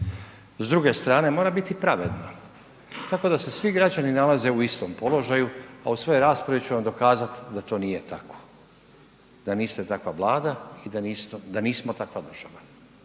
s druge strane mora biti pravedna. Tako da se svi građani nalaze u istom položaju, a u svojoj raspravi ću vam dokazati da to nije tako, da niste takva Vlada i da nismo takva država.